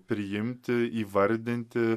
priimti įvardinti